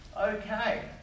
Okay